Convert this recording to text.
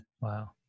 wow